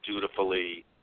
dutifully